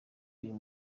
uyu